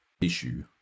issue